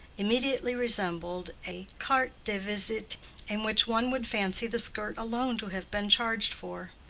immediately resembled a carte-de-visite in which one would fancy the skirt alone to have been charged for.